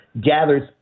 gathers